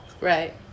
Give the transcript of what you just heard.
Right